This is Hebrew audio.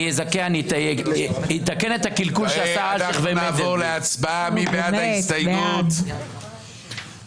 אני אתקן את הקלקול שעשה --- נצביע על הסתייגות 218. מי בעד?